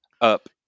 up